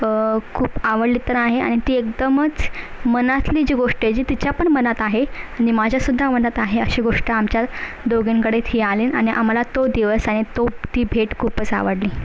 खूप आवडली तर आहे आणि ती एकदमच मनातली जी गोष्ट आहे जी तिच्या पण मनात आहे आणि माझ्यासुद्धा मनात आहे अशी गोष्ट आमच्या दोघींकडे हे आले आणि आम्हाला तो दिवस आणि तो ती भेट खूपच आवडली